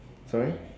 sorry